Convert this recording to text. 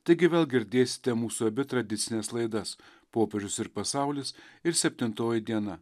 taigi vėl girdėsite mūsų abi tradicines laidas popiežius ir pasaulis ir septintoji diena